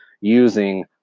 using